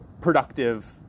productive